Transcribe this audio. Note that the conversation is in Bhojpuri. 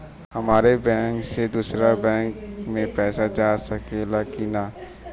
हमारे बैंक से दूसरा बैंक में पैसा जा सकेला की ना?